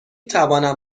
توانم